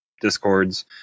discords